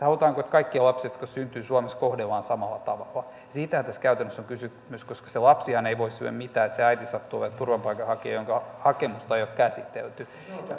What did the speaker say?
halutaanko että kaikkia lapsia jotka syntyvät suomessa kohdellaan samalla tavalla siitähän tässä käytännössä on kysymys koska se lapsihan ei voi sille mitään että sen äiti sattuu olemaan turvapaikanhakija jonka hakemusta ei ole käsitelty